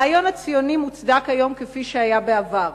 הרעיון הציוני מוצדק היום כפי שהיה בעבר,